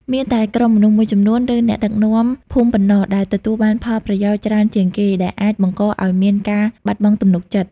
មានតែក្រុមមនុស្សមួយចំនួន ឬអ្នកដឹកនាំភូមិប៉ុណ្ណោះដែលទទួលបានផលប្រយោជន៍ច្រើនជាងគេ ដែលអាចបង្កឱ្យមានការបាត់បង់ទំនុកចិត្ត។